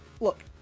Look